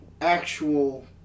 actual